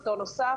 שנתון נוסף